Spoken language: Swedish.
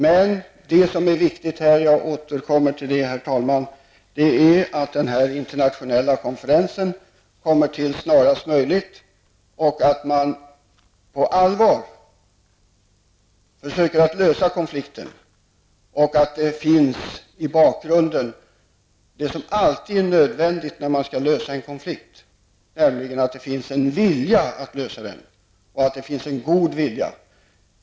Men det som är viktigt här -- jag återkommer till det, herr talman -- är att den internationella konferensen snarast möjligt kommer till stånd och att man på allvar försöker lösa konflikten. För det krävs något som alltid är nödvändigt när man skall lösa en konflikt, nämligen en vilja att lösa den, en god vilja.